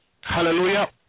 hallelujah